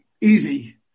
Easy